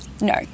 no